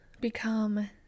become